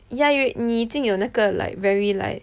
yah 你已经有那个 like very like